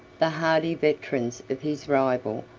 the hardy veterans of his rival,